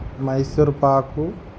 Mysore పాకు